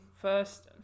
first